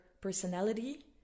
personality